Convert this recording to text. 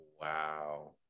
Wow